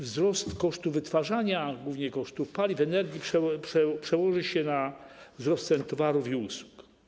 Wzrost kosztów wytwarzania, głównie kosztów paliw, energii przełoży się na wzrost cen towarów i usług.